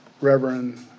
Reverend